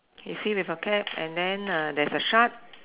is he with a cap and then uh there's a shark